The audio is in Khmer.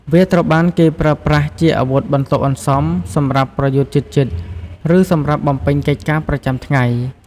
វាត្រូវបានគេប្រើប្រាស់ជាអាវុធបន្ទាប់បន្សំសម្រាប់ប្រយុទ្ធជិតៗ ឬសម្រាប់បំពេញកិច្ចការប្រចាំថ្ងៃ។